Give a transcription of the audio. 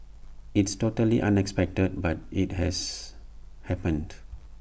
it's totally unexpected but IT has happened